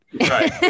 Right